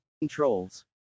Controls